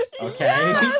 okay